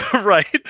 Right